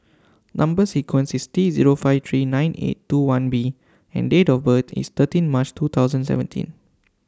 Number sequence IS T Zero five three nine eight two one B and Date of birth IS thirteen March two thousand seventeen